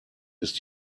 ist